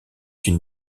une